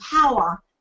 power